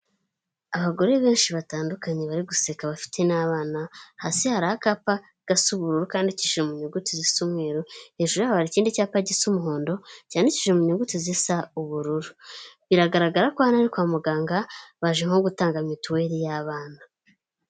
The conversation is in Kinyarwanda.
Abagore benshi batandukanye bari guseka bafite n'abana hasi hari akapa gasa ubururu kandikishijwe mu nyuguti z'umweru hejuru hakaba ikindi cyapa gisa umuhondo cyandikishije mu nyuguti zisa ubururu biragaragara ko ari kwa muganga baje nko gutanga mituweri y'abana.